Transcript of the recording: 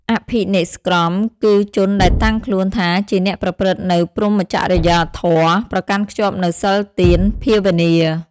អភិនេស្ក្រម៍ គឺជនដែលតាំងខ្លួនថាជាអ្នកប្រព្រឹត្តនូវព្រហ្មចរិយាធម៌ ប្រកាន់ខ្ជាប់នូវសីលទាន ភាវនា ។